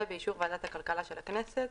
ובאישור ועדת הכלכלה של הכנסת,